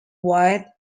white